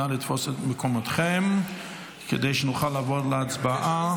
נא לתפוס את מקומותיכם כדי שנוכל לעבור להצבעה.